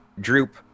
Droop